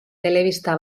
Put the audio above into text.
telebista